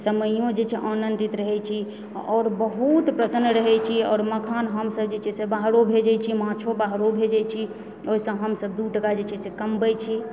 समयो जे छै आनन्दित रहए छी आओर बहुत प्रसन्न रहए छी आओर मखान हम सब जे छै से बाहरो भेजै छी माछो बाहरो भेजै छी ओहिसँ हमसब दू टका जे छै से कमबै छी